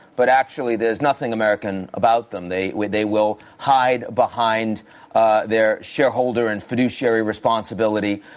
but actually, there's nothing american about them. they will they will hide behind ah their shareholder and fiduciary responsibility.